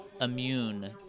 immune